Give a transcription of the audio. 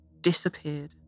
disappeared